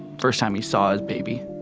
first time he saw his baby.